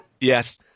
Yes